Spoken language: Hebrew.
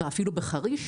חריש,